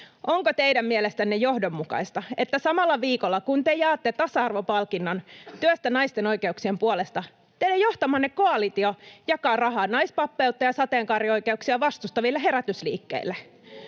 Onko teidän mielestänne johdonmukaista, että samalla viikolla kun jaatte tasa-arvopalkinnon työstä naisten oikeuksien puolesta, teidän johtamanne koalitio jakaa rahaa naispappeutta ja sateenkaarioikeuksia vastustaville herätysliikkeille?